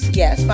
yes